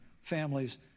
families